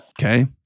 Okay